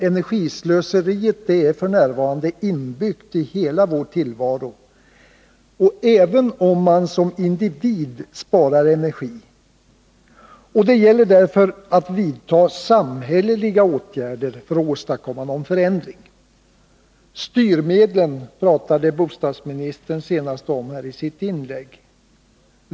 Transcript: Energislöseriet är f. n. inbyggt i hela vår tillvaro — även om man som individ sparar energi — och det gäller därför att vidta samhälleliga åtgärder för att åstadkomma någon förändring. Styrmedlen talade bostadsministern senast om i sitt inlägg.